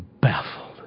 baffled